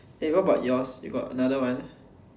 eh what about yours you got another one